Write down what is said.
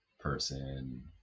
person